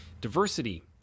Diversity